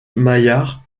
maillard